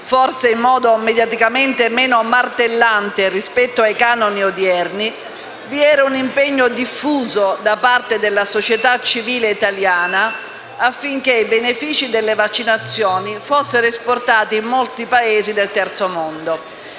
forse in modo mediaticamente meno martellante rispetto ai canoni odierni, vi era un impegno diffuso da parte della società civile italiana affinché i benefici delle vaccinazioni fossero esportati in molti Paesi del Terzo mondo.